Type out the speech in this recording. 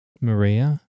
Maria